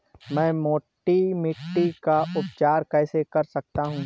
मैं मोटी मिट्टी का उपचार कैसे कर सकता हूँ?